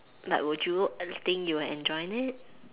but would you think you will enjoy it